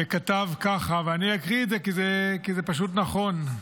וכתב, ואני אקריא את זה כי זה פשוט נכון: